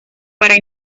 para